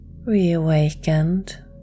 reawakened